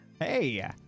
Hey